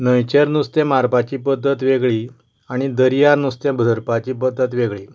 न्हंयचेर नुस्तें मारपाची पद्दत वेगळीं आनी दर्यांत नुस्तें धरपाची पद्दत वेगळीं